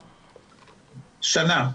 שנה.